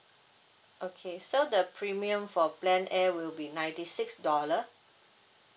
okay so the premium for plan a will be ninety six dollar